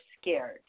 scared